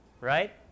right